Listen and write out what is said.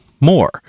more